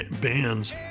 bands